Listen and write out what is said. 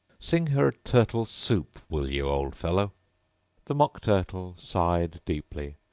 sing her turtle soup, will you, old fellow the mock turtle sighed deeply,